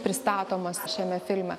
pristatomas šiame filme